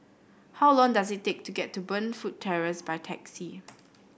how long does it take to get to Burnfoot Terrace by taxi